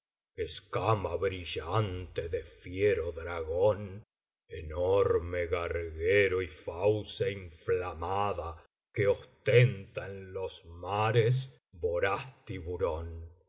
escama brillante de fiero dragón enorme garguero y fauce inflamada que ostenta en los mares voraz tiburón